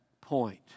point